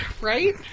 Right